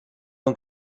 اون